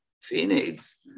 Phoenix